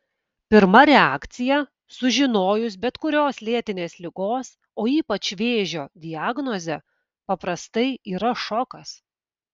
pirma reakcija sužinojus bet kurios lėtinės ligos o ypač vėžio diagnozę paprastai yra šokas